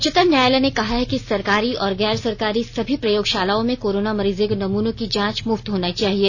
उच्चतम न्यायालय ने कहा है कि सरकारी और गैर सरकारी सभी प्रयोगशालाओं में कोरोना मरीजों के नमूनों की जांच मुफ्त होनी चाहिए